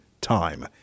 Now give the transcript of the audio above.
time